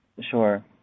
Sure